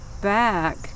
back